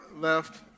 left